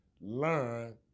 Learn